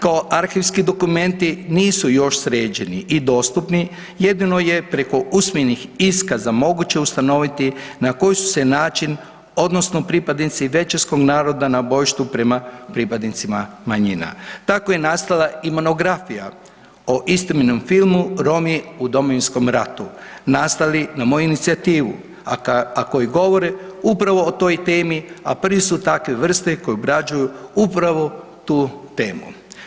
Kao arhivski dokumenti, nisu još sređeni i dostupni, jedino je preko usmenih iskaza moguće ustanoviti na koji su se način odnosno pripadnici većinskog naroda na bojištu prema pripadnicima manjina, tako je nastala i monografija o istinitom filmu Romi u Domovinskom ratu nastali na moju inicijativu a koji govore upravo o toj temi a prvi su takve vrste koji obrađuju upravo tu temu.